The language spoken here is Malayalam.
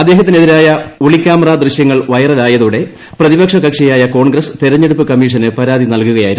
അദ്ദേഹത്തിനെതിരായ ഒളികൃാമറാ ദൃശൃങ്ങൾ വൈറലായതോടെ പ്രതിപക്ഷ കക്ഷിയായ കോൺഗ്രസ് തെരഞ്ഞെടുപ്പ് കമ്മിഷന് പരാതി നൽകൂകയായിരുന്നു